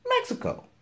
Mexico